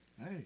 Hey